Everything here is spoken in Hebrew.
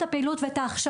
ומתחילות לעלות ידיעות.